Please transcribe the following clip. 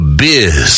biz